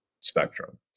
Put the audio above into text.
spectrum